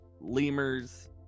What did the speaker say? lemurs